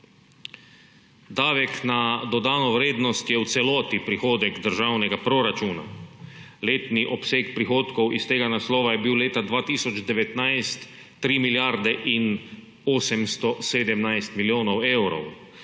Davek na dodano vrednost je v celoti prihodek državnega proračuna. Letni obseg prihodkov iz tega naslova je bil leta 2019 3 milijarde in 817 milijonov evrov,